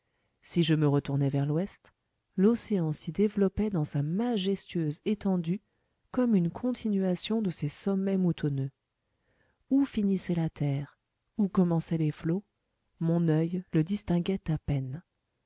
si je me retournais vers l'ouest l'océan s'y développait dans sa majestueuse étendue comme une continuation de ces sommets moutonneux où finissait la terre où commençaient les flots mon oeil le distinguait à peine